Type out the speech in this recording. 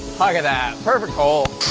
look at that perfect hole.